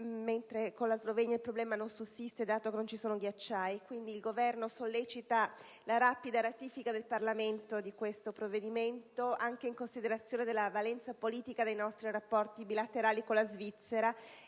mentre con la Slovenia il problema non sussiste dato che non ci sono ghiacciai. Quindi, il Governo sollecita la rapida ratifica da parte del Parlamento di questo provvedimento, anche in considerazione della valenza politica dei nostri rapporti bilaterali con la Svizzera